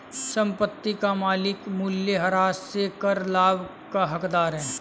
संपत्ति का मालिक मूल्यह्रास से कर लाभ का हकदार है